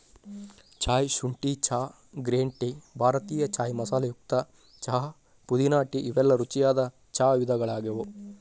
Thai ಶುಂಠಿ ಚಹಾ, green tea, ಭಾರತೇಯ ಚಾಯ್ ಮಸಾಲೆಯುಕ್ತ ಚಹಾ, ಪುದೇನಾ ಟೇ ಇವೆಲ್ಲ ರುಚಿಯಾದ ಚಾ ವಿಧಗಳಗ್ಯಾವ